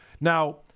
now